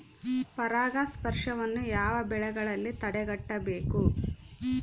ಪರಾಗಸ್ಪರ್ಶವನ್ನು ಯಾವ ಬೆಳೆಗಳಲ್ಲಿ ತಡೆಗಟ್ಟಬೇಕು?